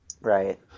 Right